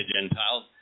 Gentiles